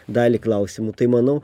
dalį klausimų tai manau